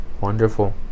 Wonderful